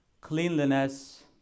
cleanliness